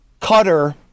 cutter